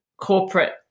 corporate